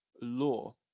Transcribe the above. law